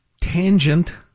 Tangent